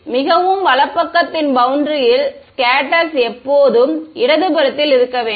மிகவும் வலப்பக்கத்தின் பௌண்டரியில் ஸ்கேட்டேர்ஸ் எப்போதும் இடதுபுறத்தில் இருக்க வேண்டும்